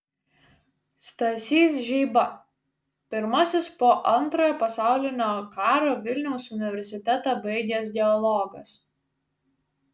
stasys žeiba pirmasis po antrojo pasaulinio karo vilniaus universitetą baigęs geologas